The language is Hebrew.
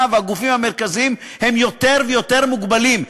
והגופים המרכזיים הם יותר ויותר מוגבלים.